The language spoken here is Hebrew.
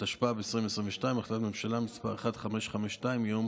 התשפ"ב 2022, החלטת ממשלה 1552 מיום